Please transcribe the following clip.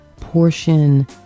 portion